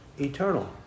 eternal